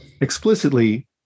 explicitly